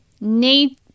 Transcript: need